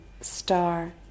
star